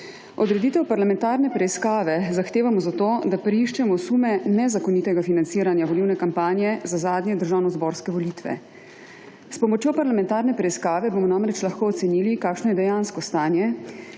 Odreditev parlamentarne preiskave zahtevamo zato, da preiščemo sume nezakonitega financiranja volilne kampanje za zadnje državnozborske volitve. S pomočjo parlamentarne preiskave bomo namreč lahko ocenili, kakšno je dejansko stanje